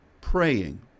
praying